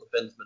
defenseman